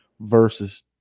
versus